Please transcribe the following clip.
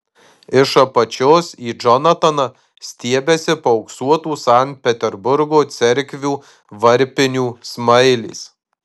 iš apačios į džonataną stiebiasi paauksuotų sankt peterburgo cerkvių varpinių smailės